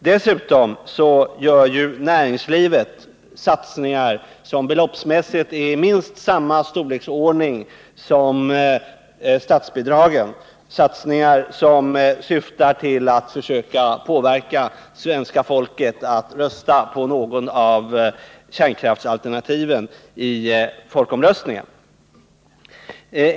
Dessutom gör näringslivet satsningar som beloppsmässigt är i minst samma storleksordning som statsbidragen och som syftar till att försöka påverka svenska folket att rösta på något av kärnkraftsalternativen i folkomröstningen.